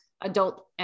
adult